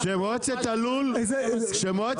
של מועצת הלול כן.